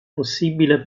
possibile